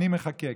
אני מחכה.